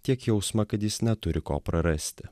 tiek jausmą kad jis neturi ko prarasti